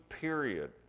period